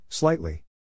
Slightly